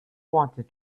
wanted